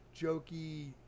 jokey